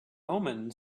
omen